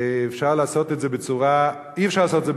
אי-אפשר לעשות את זה בצורה טובה,